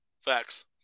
Facts